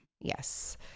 yes